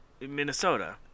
Minnesota